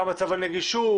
מה מצב הנגישות,